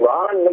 Ron